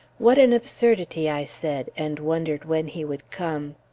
what an absurdity! i said and wondered when he would come.